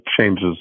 changes